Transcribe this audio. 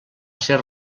ser